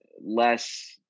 less